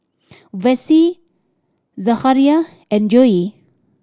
Vessie Zachariah and Joey